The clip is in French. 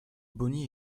bonnie